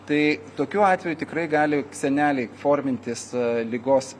tai tokiu atveju tikrai gali seneliai formintis ligos